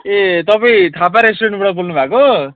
ए तपाईँ थापा रेस्टुरेन्टबाट बोल्नु भएको हो